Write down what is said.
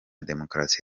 demokarasi